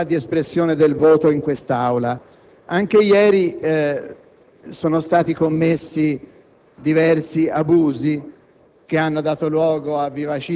parlare delle modalità di espressione del voto in quest'Aula. Anche ieri sono stati commessi diversi abusi,